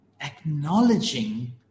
acknowledging